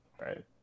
right